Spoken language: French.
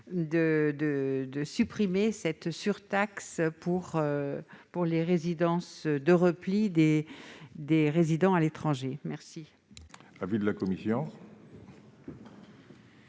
de supprimer la surtaxe pour les résidences de repli des résidents à l'étranger. Quel